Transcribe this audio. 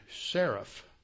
seraph